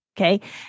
Okay